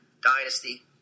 dynasty